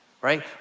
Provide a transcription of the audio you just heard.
right